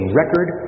record